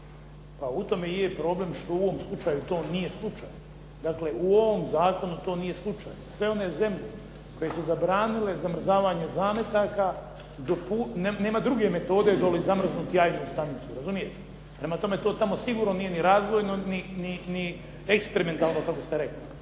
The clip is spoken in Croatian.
Pa u tome i je problem što u ovom slučaju to nije slučaj. Dakle, u ovom zakonu to nije slučaj. Sve one zemlje koje su zabranile zamrzavanje zametaka, nema druge metode doli zamrznuti jajnu stanicu, razumijete. Prema tome, to tamo sigurno nije ni razvojno, ni eksperimentalno kako ste rekli.